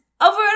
Over